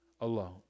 alone